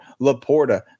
Laporta